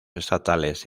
estatales